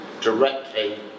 directly